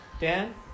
Dan